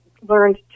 learned